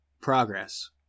progress